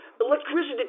Electricity